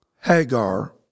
Hagar